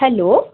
hello